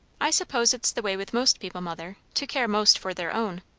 i suppose it's the way with most people, mother to care most for their own.